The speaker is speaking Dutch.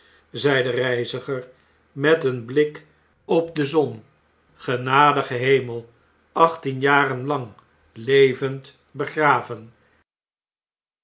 de reiziger met een blik op de zon genadige hemel achttien jaren lang levend begraven